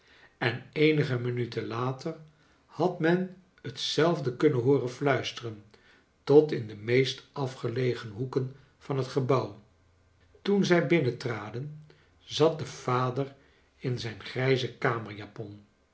en eenige minuten later had men hetzelfde kunnen hooren fiuisteren tot in de meest afgelegen hoeken van het gebouw toen zij binnentraden zat de vader in zijn